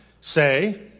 say